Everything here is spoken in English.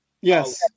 Yes